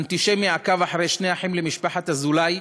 אנטישמי עקב אחר שני אחים למשפחת אזולאי,